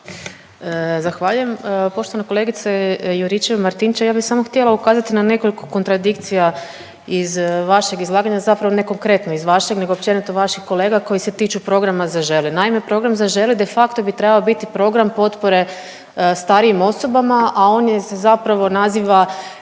Zahvaljujem. Poštovana kolegice Juričev-Martinčev, ja bi samo htjela ukazati na nekoliko kontradikcija iz vašeg izlaganja, zapravo ne konkretno iz vašeg nego općenito vaših kolega koji se tiču programa „Zaželi“. Naime, program „Zaželi“ de facto bi trebao biti program potpore starijim osobama, a on je se zapravo naziva